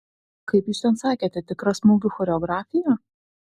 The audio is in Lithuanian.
kaip jūs ten sakėte tikra smūgių choreografija